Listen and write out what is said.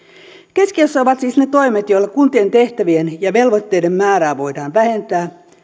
keskiössä ovat siis ne toimet joilla kuntien tehtävien ja velvoitteiden määrää voidaan vähentää